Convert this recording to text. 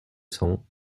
cents